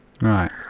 Right